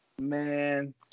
Man